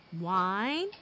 Wine